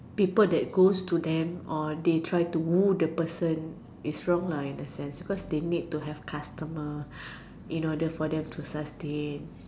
people that goes to them or they try to woo the person its wrong in a sense because they need to have customer in order to sustain